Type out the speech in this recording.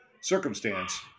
circumstance